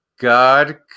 God